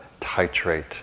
titrate